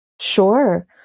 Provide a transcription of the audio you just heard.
Sure